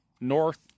north